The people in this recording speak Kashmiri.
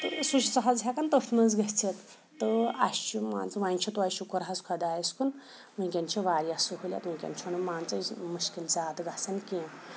تہٕ سُہ چھِ سُہ حظ ہٮ۪کان تٔتھۍ منٛز گٔژھِتھ تہٕ اَسہِ چھُ مان ژٕ وۄنۍ چھِ تویتہِ شُکُر حظ خۄدایَس کُن وٕنۍکٮ۪ن چھِ واریاہ سہوٗلیت وٕنۍکٮ۪ن چھُنہٕ مان ژٕ یُس مُشکل زیادٕ گژھان کینٛہہ